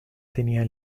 tenía